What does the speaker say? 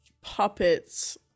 puppets